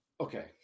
Okay